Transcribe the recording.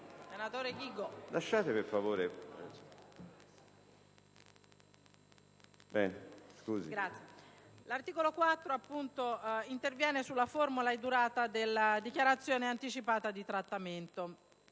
L'articolo 4 tratta della forma e durata della dichiarazione anticipata di trattamento.